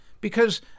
because-